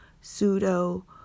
pseudo